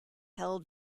held